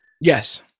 yes